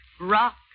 rock